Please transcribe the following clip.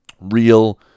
real